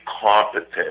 competent